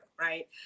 right